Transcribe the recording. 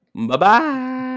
Bye-bye